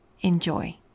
Enjoy